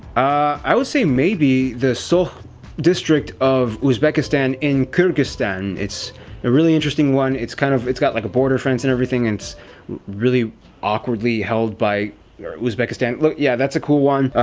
i would say maybe the soh district of uzbekistan in kyrgyzstan. it's a really interesting one. it's kind of it's got like a bordern fence and everything. it's really awkwardly held by uzbekistan yeah, that's a cool one.